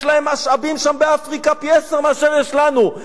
יש להם משאבים שם באפריקה פי-עשרה מאשר יש לנו,